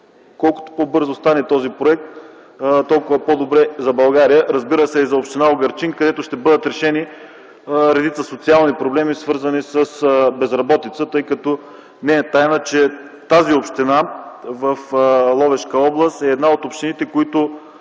колкото по-бързо стане този проект, толкова по-добре за България, разбира се, и за община Угърчин, където ще бъдат решени редица социални проблеми, свързани с безработицата. Не е тайна, че тази община в Ловешка област е една от общините с